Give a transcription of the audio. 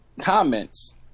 comments